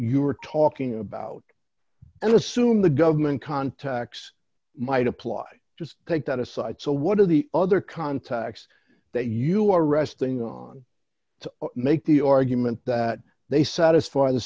you are talking about and assume the government contacts might apply just take that aside so what are the other contacts that you are resting on to make the argument that they satisfy the